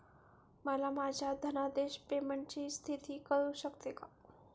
मला माझ्या धनादेश पेमेंटची स्थिती कळू शकते का?